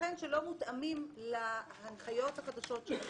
יתכן שלא מותאמים להנחיות החדשות שלכם.